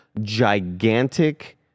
gigantic